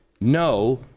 no